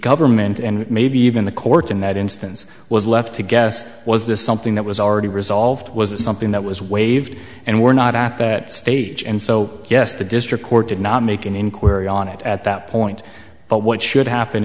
government and maybe even the courts in that instance was left to guess was this something that was already resolved was it something that was waived and we're not at that stage and so yes the district court did not make an inquiry on it at that point but what should happen